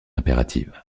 impérative